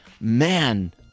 Man